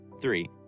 three